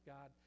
God